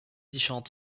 différents